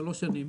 שלוש שנים,